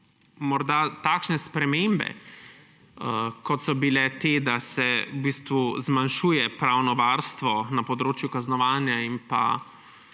morda takšne spremembe, kot so bile te, da se zmanjšuje pravno varstvo na področju kaznovanja in